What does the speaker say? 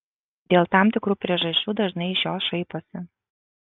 dėl tam tikrų priežasčių dažnai iš jos šaiposi